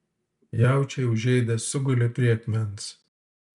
jaučiai užėdę sugulė prie akmens